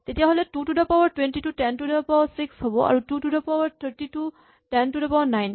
তেতিয়াহ'লে two to the power ২০ টো ten to the power six হ'ব আৰু টু টু দ পাৱাৰ ৩০ টো হ'ব ten to the power nine